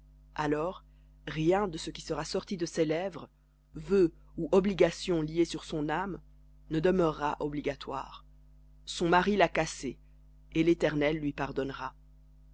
alors rien de ce qui sera sorti de ses lèvres vœu ou obligation sur son âme ne demeurera obligatoire son mari l'a cassé et l'éternel lui pardonnera